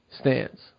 stance